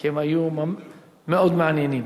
כי הם היו מאוד מעניינים,